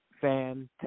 fantastic